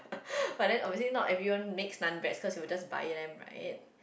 but then obviously not everyone makes naan bread because they would just buy them right